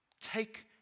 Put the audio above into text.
Take